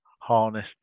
harness